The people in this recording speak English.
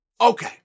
Okay